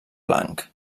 blanc